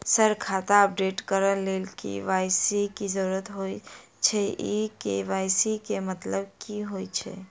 Sir खाता update करऽ लेल के.वाई.सी की जरुरत होइ छैय इ के.वाई.सी केँ मतलब की होइ छैय?